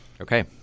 okay